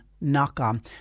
knock-on